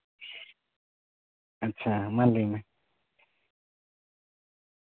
ᱟᱪᱪᱷᱟ ᱢᱟ ᱞᱟᱹᱭ ᱢᱮ